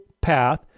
path